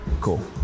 cool